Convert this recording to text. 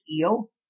eel